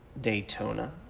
Daytona